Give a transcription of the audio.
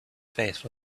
face